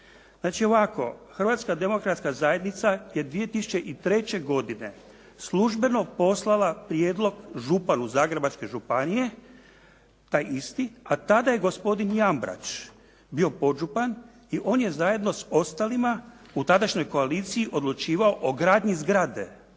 Znači ovako, Hrvatska demokratska zajednica je 2003. godine službeno poslala prijedlog županu Zagrebačke županije taj isti, a tada je gospodin Jambrač bio podžupan i on je zajedno s ostalima u tadašnjoj koaliciji odlučivao o gradnji zgrade,